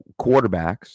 quarterbacks